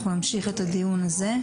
אנחנו נמשיך את הדיון הזה.